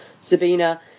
Sabina